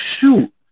shoot